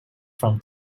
from